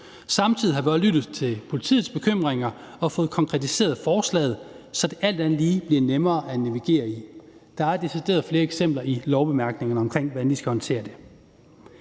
Samtidig har vi også lyttet til politiets bekymringer og fået konkretiseret forslaget, så det alt andet lige bliver nemmere at navigere i. Der er decideret flere eksempler i lovbemærkningerne på, hvordan de skal håndtere